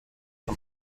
von